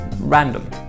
random